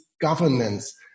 governance